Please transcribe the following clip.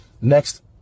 next